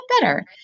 better